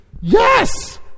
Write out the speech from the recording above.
yes